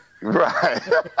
Right